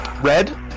Red